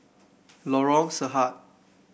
Lorong Sahad